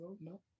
No